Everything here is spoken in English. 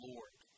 Lord